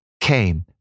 came